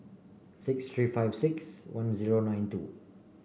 six three five six one zero nine two